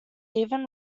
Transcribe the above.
even